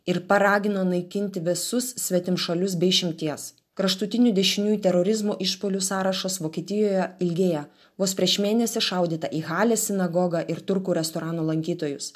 ir paragino naikinti visus svetimšalius be išimties kraštutinių dešiniųjų terorizmų išpuolių sąrašas vokietijoje ilgėja vos prieš mėnesį šaudyta į halės sinagogą ir turkų restoranų lankytojus